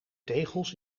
tegels